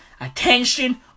Attention